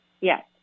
Yes